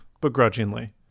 begrudgingly